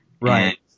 Right